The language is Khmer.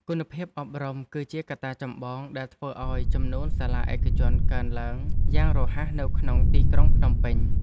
គុណភាពអប់រំគឺជាកត្តាចម្បងដែលធ្វើឱ្យចំនួនសាលាឯកជនកើនឡើងយ៉ាងរហ័សនៅក្នុងទីក្រុងភ្នំពេញ។